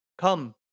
Come